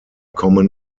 kommen